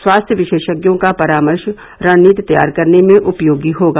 स्वास्थ्य विशेषज्ञों का परामर्श रणनीति तैयार करने में उपयोगी होगा